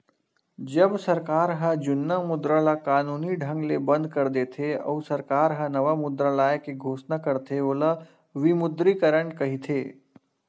जब सरकार ह जुन्ना मुद्रा ल कानूनी ढंग ले बंद कर देथे, अउ सरकार ह नवा मुद्रा लाए के घोसना करथे ओला विमुद्रीकरन कहिथे